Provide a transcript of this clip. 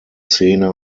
szene